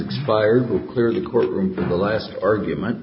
expired will clearly courtroom for the last argument